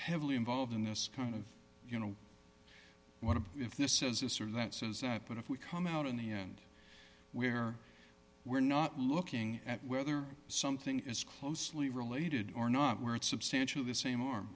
heavily involved in this kind of you know what if this says this or that says that but if we come out in the end where we're not looking at whether something is closely related or not we're at substantially the same or